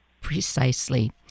Precisely